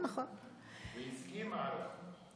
היא הסכימה לחוק.